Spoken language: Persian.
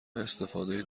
استفاده